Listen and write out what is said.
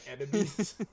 enemies